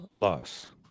loss